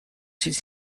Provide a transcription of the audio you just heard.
seats